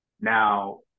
Now